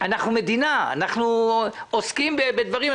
אנחנו מדינה, אנחנו עוסקים בדברים.